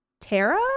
Tara